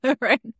Right